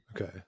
okay